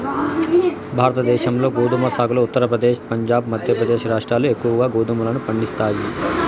భారతదేశంలో గోధుమ సాగులో ఉత్తరప్రదేశ్, పంజాబ్, మధ్యప్రదేశ్ రాష్ట్రాలు ఎక్కువగా గోధుమలను పండిస్తాయి